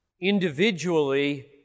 individually